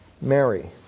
Mary